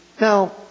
Now